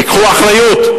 ייקחו אחריות.